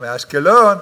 ואשקלון.